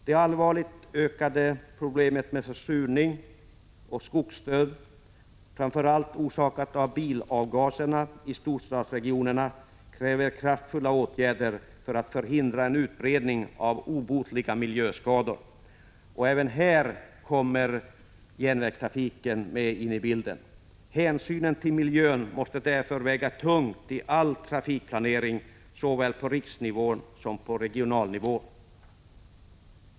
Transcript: Det allvarligt ökade problemet med försurning och skogsdöd, framför allt orsakat av bilavgaserna i storstadsregionerna, kräver kraftfulla åtgärder för att vi skall kunna förhindra en utbredning av obotliga miljöskador. Även här kommer järnvägstrafiken in i bilden. Hänsynen till miljön måste väga tungt i all trafikplanering, såväl på riksnivå som på regional nivå.